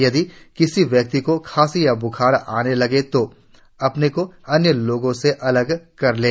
यदि किसी व्यक्तिको खांसी और ब्खार आने लगे तो अपने को अन्य लोगों से अलग कर लें